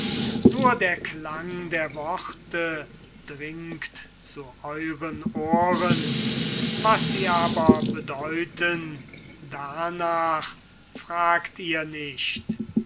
nur der klang der worte bringt zu euern ohren was sie aber bedeuten darnach fragt ihr nicht